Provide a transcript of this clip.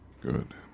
Good